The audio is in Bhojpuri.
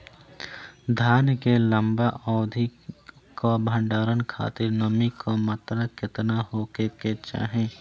धान के लंबा अवधि क भंडारण खातिर नमी क मात्रा केतना होके के चाही?